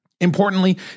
Importantly